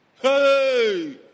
Hey